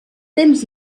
temps